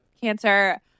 cancer